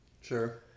Sure